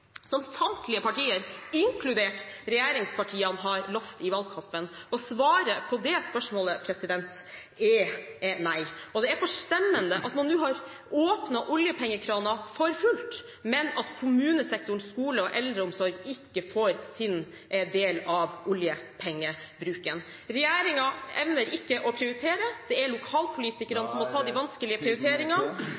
som samtlige partier, inkludert regjeringspartiene, har lovet i valgkampen? Svaret på det spørsmålet er nei. Og det er forstemmende at man nå har åpnet oljepengekranen for fullt, men uten at kommunesektoren, skole og eldreomsorg får sin del av oljepengebruken. Regjeringen evner ikke å prioritere. Det er lokalpolitikerne som må ta de vanskelige prioriteringene.